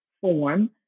form